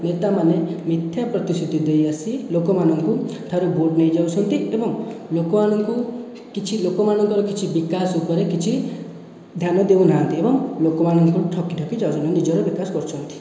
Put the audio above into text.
ନେତାମାନେ ମିଥ୍ୟା ପ୍ରତିଶୃତି ଦେଇ ଆସି ଲୋକମାନଙ୍କ ଠାରୁ ଭୋଟ୍ ନେଇ ଯାଉଛନ୍ତି ଏବଂ ଲୋକମାନଙ୍କୁ କିଛି ଲୋକମାନଙ୍କର କିଛି ବିକାଶ ଉପରେ କିଛି ଧ୍ୟାନ ଦେଉ ନାହାନ୍ତି ଏବଂ ଲୋକମାନଙ୍କୁ ଠକି ଠକି ଯାଉଛନ୍ତି ଆଉ ନିଜର ବିକାଶ କରୁଛନ୍ତି